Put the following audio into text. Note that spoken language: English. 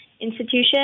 Institution